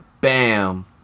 bam